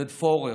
עודד פורר,